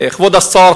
כבוד השר,